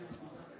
משה.